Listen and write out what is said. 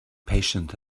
patient